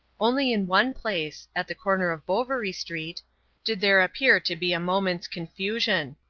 only in one place at the corner of bouverie street did there appear to be a moment's confusion,